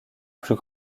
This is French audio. plus